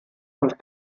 und